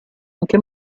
anche